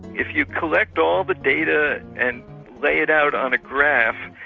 if you collect all the data and lay it out on a graph,